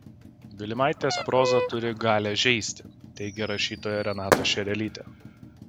vilimaitės proza turi galią žeisti teigia rašytoja renata šerelytė